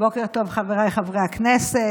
בוקר טוב, חבריי חברי הכנסת.